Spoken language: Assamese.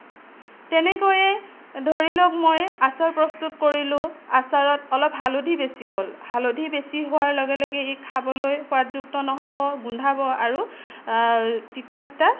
তেনেকৈয়ে ধৰি লওঁক মই আচাৰ প্ৰস্তুত কৰিলোঁ আচাৰত অলপ হালধি বেছি হ'ল হালধি বেছি হোৱাৰ লগে লগে ই খাবলৈ সোৱাদযুক্ত নহ'ব গোন্ধাব আৰু তিতা তিতা